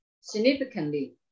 significantly